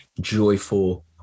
joyful